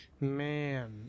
Man